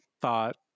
thought